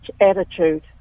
attitude